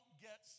get